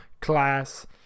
class